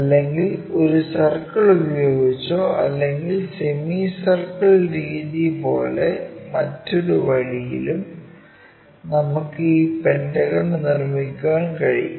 അല്ലെങ്കിൽ ഒരു സർക്കിൾ ഉപയോഗിച്ചോ അല്ലെങ്കിൽ സെമി സർക്കിൾ രീതി പോലെ മറ്റൊരു വഴിയിലും നമുക്ക് ഈ പെന്റഗൺ നിർമ്മിക്കാൻ കഴിയും